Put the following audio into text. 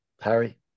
Harry